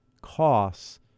costs